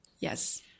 Yes